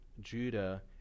Judah